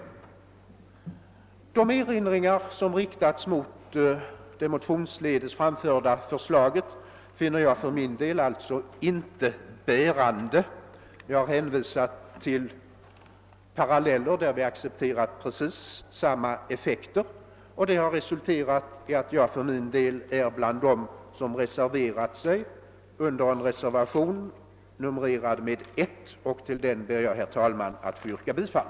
De erinringar som gjorts mot de motionsledes framförda förslagen finner jag för min del alltså inte bärande med hänvisning till dessa paralleller, där vi accepterat precis samma effekt. Detta har resulterat i att jag kommit att höra till de ledamöter som till utskottets ut låtande fogat reservationen 1, till vilken jag, herr talman, ber att få yrka bifall.